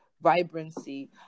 vibrancy